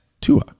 Tua